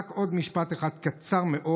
עוד משפט אחד קצר מאוד.